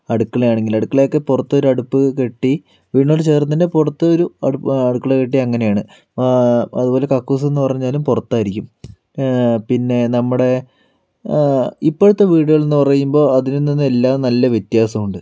അടുക്കളയാണെങ്കിൽ അടുക്കളയ്ക്ക് പുറത്ത് ഒരു അടുപ്പ് കെട്ടി വീടിനോട് ചേർന്ന് തന്നെ പുറത്തൊരു അടു അടുക്കള കെട്ടി അങ്ങനെയാണ് അതുപോലെ കക്കൂസ് എന്ന് പറഞ്ഞാലും പുറത്തായിരിക്കും പിന്നെ നമ്മുടെ ഇപ്പോഴത്തെ വീടുകൾ എന്ന് പറയുമ്പോൾ അത്ഇതിൽ നിന്നെല്ലാം നല്ല വ്യത്യാസമുണ്ട്